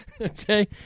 Okay